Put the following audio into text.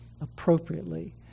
Appropriately